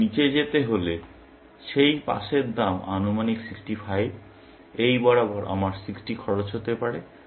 কারণ নিচে যেতে হলে সেই পাসের দাম আনুমানিক 65 এই বরাবর আমার 60 খরচ হতে পারে